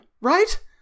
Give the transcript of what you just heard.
right